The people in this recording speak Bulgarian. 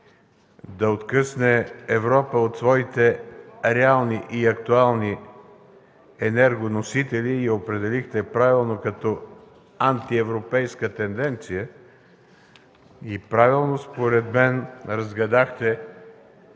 да откъсне Европа от своите реални и актуални енергоносители. Определихте я правилно като антиевропейска тенденция и правилно според мен разгадахте,